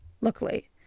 luckily